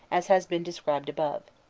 as has been described above.